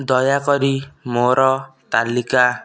ଦୟାକରି ମୋର ତାଲିକା